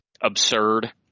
absurd